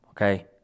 Okay